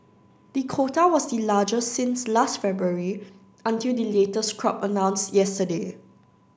the quota was the largest since last February until the latest crop announced yesterday